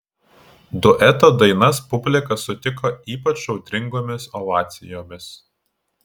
dueto dainas publika sutiko ypač audringomis ovacijomis